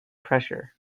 pressure